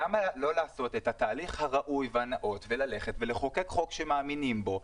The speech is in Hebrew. למה לא לעשות את התהליך הראוי והנאות וללכת ולחוקק חוק שמאמינים בו?